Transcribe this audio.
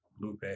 Lupe